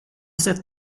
sett